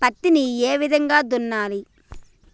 పత్తిని ఏ విధంగా దున్నాలి?